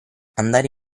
andare